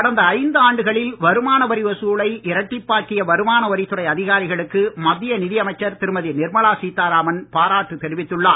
கடந்த ஐந்தாண்டுகளில் வருமான வரி வசூலை இரட்டிப்பாக்கிய வருமான வரித்துறை அதிகாரிகளுக்கு மத்திய நிதி அமைச்சர் திருமதி நிர்மலா சீதாராமன் பாராட்டு தெரிவித்துள்ளார்